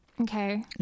Okay